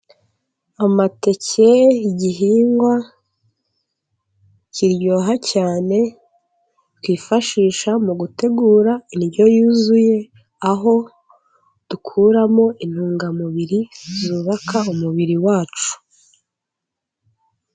Amateke igihingwa kiryoha cyane, twifashisha mu gutegura indyo yuzuye, aho dukuramo intungamubiri zubaka umubiri wacu.